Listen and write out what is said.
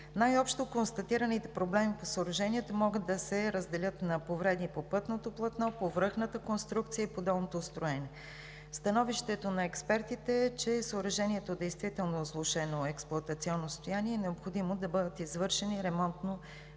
Най-общо констатираните проблеми по съоръжението могат да се разделят на повреди по пътното платно, по връхната конструкция и по долното строене. Становището на експертите е, че съоръжението действително е с влошено експлоатационно състояние и е необходимо да бъдат извършени